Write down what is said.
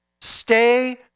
Stay